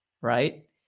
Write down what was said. right